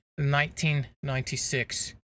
1996